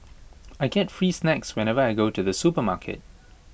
I get free snacks whenever I go to the supermarket